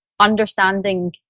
understanding